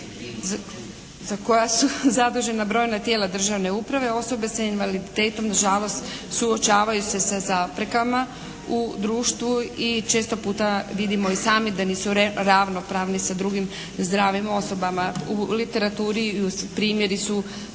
za koja su zadužena brojna tijela državne uprave, osobe sa invaliditetom na žalost suočavaju se sa zaprekama u društvu i često puta vidimo i sami da nisu ravnopravni sa drugim zdravim osobama. U literaturi primjeri su